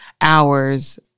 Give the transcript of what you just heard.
hours